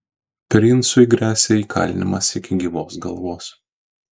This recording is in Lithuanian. princui gresia įkalinimas iki gyvos galvos